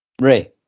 Ray